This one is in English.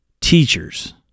Teachers